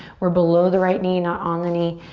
we're below the right knee, not on the knee.